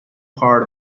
part